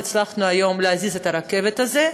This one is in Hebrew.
הצלחנו היום להזיז את הרכבת הזאת.